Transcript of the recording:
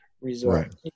resort